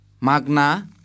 Magna